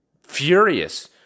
furious